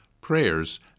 prayers